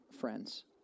friends